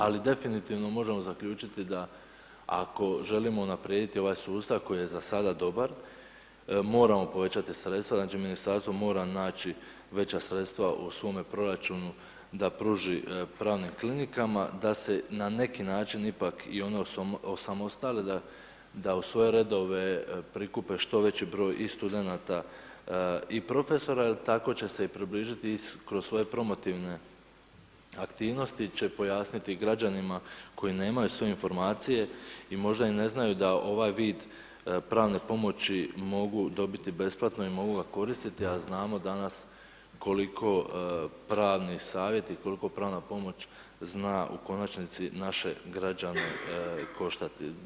Ali definitivno možemo zaključiti ako želimo unaprijediti ovaj sustav koji je za sada dobar moramo povećati sredstva, znači ministarstvo mora naći veća sredstva u svome proračunu da pruži pravnim klinikama da se na neki način ipak i ono osamostali da u svoje redove prikupe što veći broj i studenata i profesora jer tako će se i približiti i kroz svoje promotivne aktivnosti će pojasniti građanima koji nemaju sve informacije i možda i ne znaju da ovaj vid pravne pomoći mogu dobiti besplatno i mogu ga koristiti a znamo danas koliko pravni savjeti i koliko pravna pomoć zna u konačnici naše građane koštati.